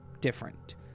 different